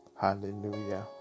Hallelujah